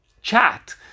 chat